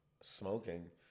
Smoking